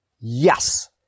Yes